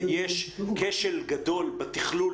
ויש כשל גדול בתכלול